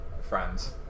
friends